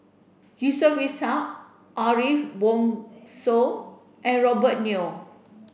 Yusof Ishak Ariff Bongso and Robert Yeo